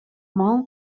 мал